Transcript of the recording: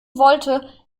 wollte